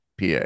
PA